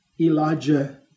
Elijah